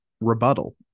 rebuttal